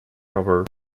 rover